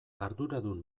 arduradun